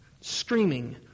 screaming